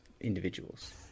individuals